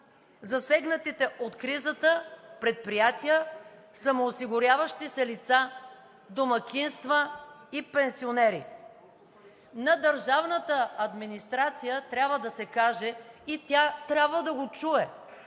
засегнатите от кризата предприятия, самоосигуряващи се лица, домакинства и пенсионери. На държавната администрация трябва да се каже и тя трябва да го чуе,